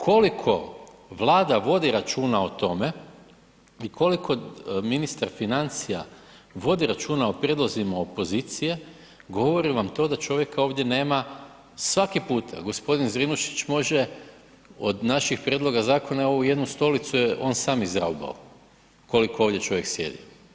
Koliko Vlada vodi računa o tome i koliko ministar financija vodi računa o prijedlozima opozicije, govori vam to da čovjeka ovdje nema, svaki puta, g. Zrinušić može od naših prijedloga zakona ovu jednu stolicu je on sam izraubao, koliko ovdje čovjek sjedi.